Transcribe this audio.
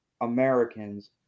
Americans